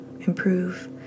improve